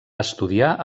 estudiar